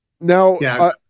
Now